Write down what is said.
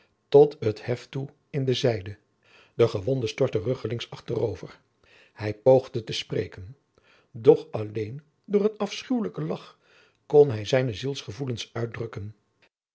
tot het heft toe in de zijde de gewonde stortte ruglings achterover hij poogde te spreken doch alleen door een afschuwelijken lagch kon hij zijne zielsgevoelens uitdrukken